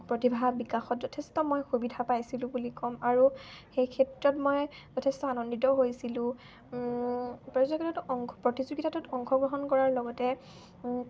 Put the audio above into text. প্ৰতিভা বিকাশত যথেষ্ট মই সুবিধা পাইছিলোঁ বুলি ক'ম আৰু সেই ক্ষেত্ৰত মই যথেষ্ট আনন্দিত হৈছিলোঁ প্ৰতিযোগিতাত অং প্ৰতিযোগিতাটোত অংশগ্ৰহণ কৰাৰ লগতে